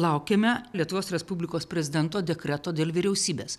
laukiame lietuvos respublikos prezidento dekreto dėl vyriausybės